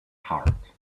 heart